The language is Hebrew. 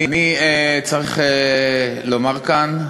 אני צריך לומר כאן,